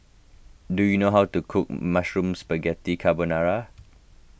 do you know how to cook Mushroom Spaghetti Carbonara